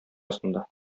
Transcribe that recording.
астында